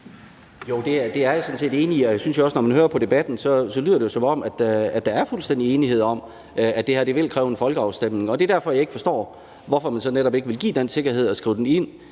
det er jeg sådan set enig i. Jeg synes jo også, når man hører på debatten, at det lyder, som om der er fuldstændig enighed om, at det her vil kræve en folkeafstemning. Det er derfor, jeg ikke forstår, hvorfor man så netop ikke vil give den sikkerhed og skrive det